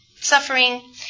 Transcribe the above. suffering